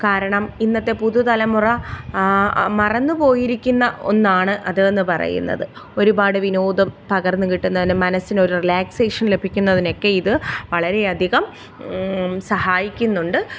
കാരണം ഇന്നത്തെ പുതു തലമുറ മറന്നു പോയിരിക്കുന്ന ഒന്നാണ് അതെന്ന് പറയുന്നത് ഒരുപാട് വിനോദം പകർന്ന് കിട്ടുന്ന അല്ലെങ്കിൽ മനസ്സിനൊരു റിലാക്സേഷൻ ലഭിക്കുന്നതിനൊക്കെ ഇത് വളരെയധികം സഹായിക്കുന്നുണ്ട്